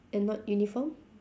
and not uniform